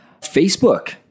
Facebook